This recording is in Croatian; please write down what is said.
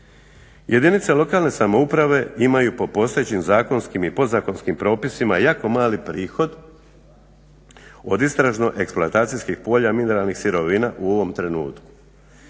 Jedinice lokalne samouprave imaju po postojećim zakonskim i podzakonskim propisima jako mali prihod od istražno-eksploatacijskih polja mineralnih sirovina u ovom trenutku.